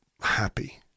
happy